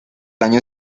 año